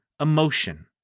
emotion